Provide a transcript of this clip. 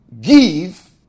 give